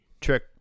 trick